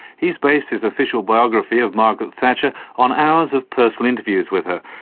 he's based his official biography of margaret thatcher on hours of personal interviews with her,